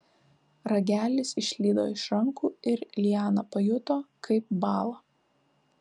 ragelis išslydo iš rankų ir liana pajuto kaip bąla